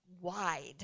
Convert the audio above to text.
wide